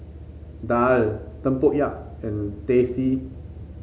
daal tempoyak and Teh C